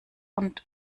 und